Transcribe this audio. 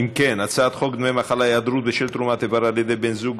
אם כן, חוק עבודת נשים (תיקון מס' 61),